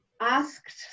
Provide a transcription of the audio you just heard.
asked